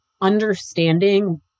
understanding